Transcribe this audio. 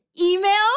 email